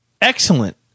Excellent